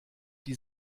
die